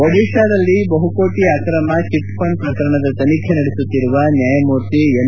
ಒಡಿತಾದಲ್ಲಿ ಬಹುಕೋಟ ಅಕ್ರಮ ಚಿಟ್ಫಂಡ್ ಪ್ರಕರಣದ ತನಿಬೆ ನಡೆಸುತ್ತಿರುವ ನ್ಯಾಯಮೂರ್ತಿ ಎಂ